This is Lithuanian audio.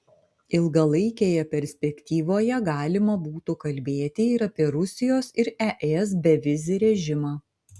ilgalaikėje perspektyvoje galima būtų kalbėti ir apie rusijos ir es bevizį režimą